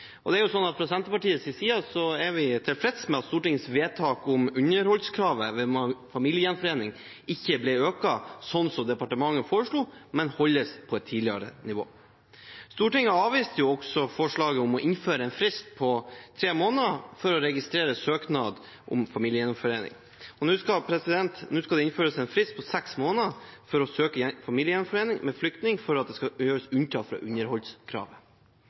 Fra Senterpartiets side er vi tilfreds med Stortingets vedtak om at underholdskravet ved familiegjenforening ikke blir økt, slik departementet foreslo, men holdes på tidligere nivå. Stortinget avviste også forslaget om å innføre en frist på tre måneder for å registrere søknad om familiegjenforening. Nå skal det innføres en frist på seks måneder for å søke familiegjenforening med flyktning for at det skal gjøres unntak fra underholdskravet.